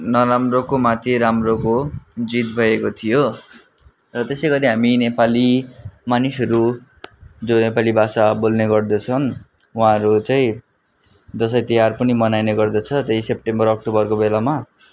नराम्रोको माथि राम्रोको जित भएको थियो र त्यसै गरी हामी नेपाली मानिसहरू जो यो नेपाली भाषा बोल्ने गर्दछन् उहाँहरू चाहिँ दसैँ तिहार पनि मनाइने गर्दछ त्यही सेप्टेम्बर अक्टोबरको बेलामा